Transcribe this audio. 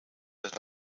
lit